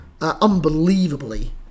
unbelievably